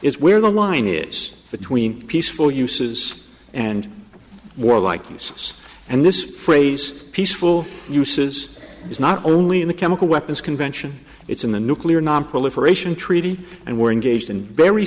is where the line is between peaceful uses and warlike uses and this phrase peaceful uses is not only in the chemical weapons convention it's in the nuclear nonproliferation treaty and we're engaged in very